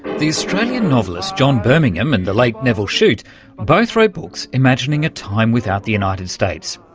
the australian novelists john birmingham and the late nevil shute both wrote books imagining a time without the united states.